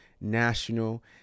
national